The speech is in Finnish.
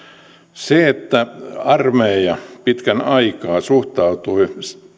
se että armeija pitkän aikaa suhtautui